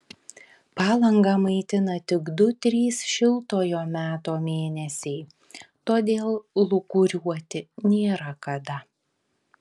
palangą maitina tik du trys šiltojo meto mėnesiai todėl lūkuriuoti nėra kada